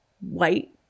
White